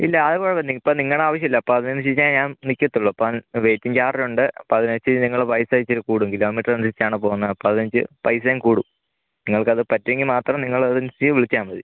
ഇല്ല അത് കുഴപ്പമില്ല ഇപ്പം നിങ്ങളുടെ ആവശ്യമല്ലേ അപ്പോൾ അതിനനുസരിച്ച് ഞാൻ ഞാൻ നിൽക്കത്തുള്ളു അപ്പോൾ വെയ്റ്റിങ്ങ് ചാർജുണ്ട് അപ്പോൾ അതിനനുസരിച്ച് നിങ്ങൾ പൈസ ഇച്ചിരി കൂടും കിലോമീറ്റർ അനുസരിച്ചാണ് പോകുന്നത് അപ്പോൾ അതിനനുസരിച്ച് പൈസയും കൂടും നിങ്ങൾക്കത് പറ്റുമെങ്കിൽ മാത്രം നിങ്ങളതനുസരിച്ച് വിളിച്ചാൽ മതി